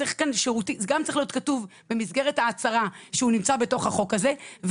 צריך להיות כתוב במסגרת ההצהרה שהוא בתוך החוק הזה,